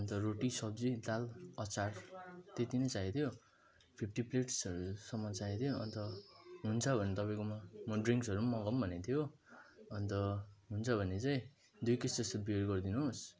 अन्त रोटी सब्जी दाल अचार त्यति नै चाहिएको थियो फिप्टी प्लेट्सहरूसम्म चाहिएको थियो अन्त हुन्छ भने तपाईँकोमा म ड्रिङ्सहरू पनि मगाऊँ भनेको थियो अन्त हुन्छ भने चाहिँ दुई केस जस्तो बियर गरिदिनु होस्